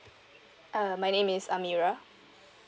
uh my name is amirah